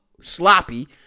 sloppy